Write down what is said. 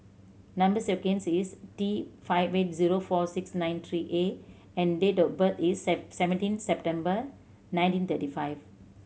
number sequence is T five eight zero four six nine three A and date of birth is seventeen September nineteen thirty five